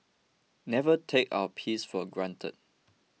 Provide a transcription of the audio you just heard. never take our peace for granted